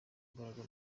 imbaraga